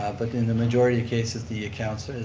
ah but in the majority of cases the accounts,